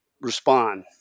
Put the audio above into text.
Respond